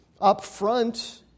upfront